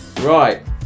Right